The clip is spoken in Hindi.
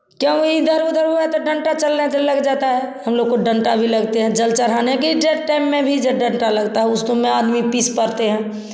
क्या कोई इधर उधर हुआ तो डंडा चलने से लग जाता है हम लोगों को डंडा भी लगती है जल चढ़ाने की यह टाइम में भी डंडा लगता उस टाइम आदमी पीस पाते है